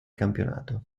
campionato